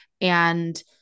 and-